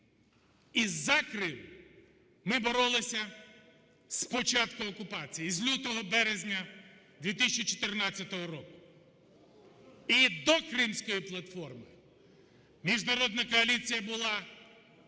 і за Крим ми боролися з початку окупації із лютого-березня 2014 року. І до Кримської платформи міжнародна коаліція була